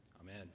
Amen